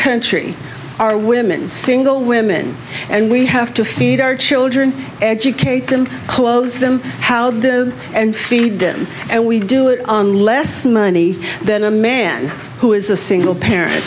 country are women single women and we have to feed our children educate them close them how do and feed them and we do it on less money than a man who is a single parent